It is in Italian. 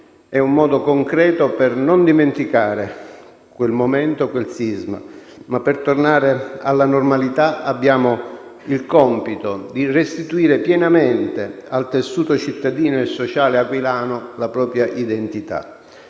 è un modo concreto per non dimenticare quel momento, quel sisma. Ma per tornare alla normalità abbiamo il compito di restituire pienamente al tessuto cittadino e sociale aquilano la propria identità.